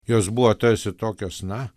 jos buvo tarsi tokios na